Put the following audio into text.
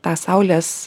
tą saulės